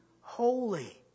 holy